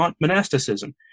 monasticism